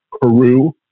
Peru